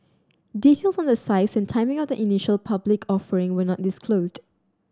details on the size and timing of the initial public offering were not disclosed